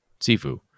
Sifu